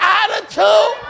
attitude